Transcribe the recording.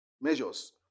measures